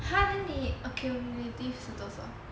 !huh! then 你 accumulative 是多少